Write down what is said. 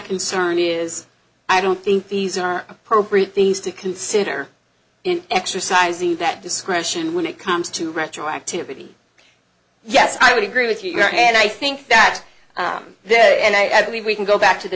concern is i don't think these are appropriate things to consider in exercising that discretion when it comes to retroactivity yes i would agree with you and i think that there is and i believe we can go back to the